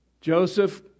Joseph